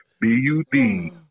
B-U-D